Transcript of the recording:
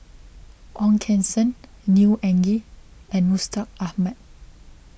Ong Keng Sen Neo Anngee and Mustaq Ahmad